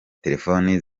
telefoni